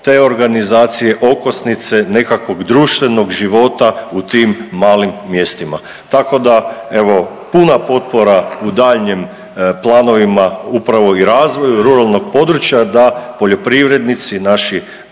te organizacije okosnice nekakvog društvenog života u tim malim mjestima. Tako da evo puna potpora u daljnjim planovima upravo i razvoju ruralnog područja da poljoprivrednici naši